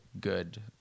good